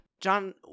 John